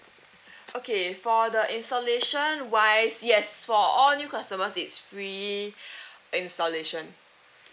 okay for the installation wise yes for all new customers it's free installation